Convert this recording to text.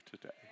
today